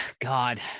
god